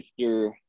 Mr